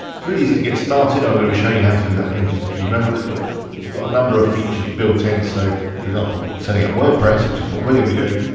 it's really easy to get started, i'm gonna be showing you how to do that in just a few moments, but we've got a number of features built in so for example, setting up wordpress, which is what we're gonna be doing,